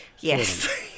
Yes